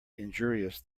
injurious